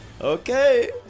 Okay